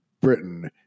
Britain